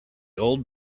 old